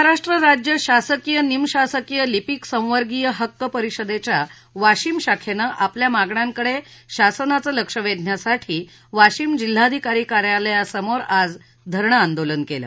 महाराष्ट्र राज्य शासकीय निमशासकीय लिपिकसंवर्गीय हक्क परिषदेच्या वाशिम शाखेने आपल्या मागण्यांकडे शासनाचे लक्ष वेधण्यासाठी वाशिम जिल्हाधिकारी कार्यालयासमोर आज धरणे आंदोलन केलं